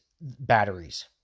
batteries